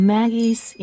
Maggie's